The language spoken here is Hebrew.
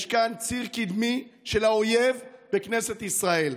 יש כאן ציר קדמי של האויב בכנסת ישראל.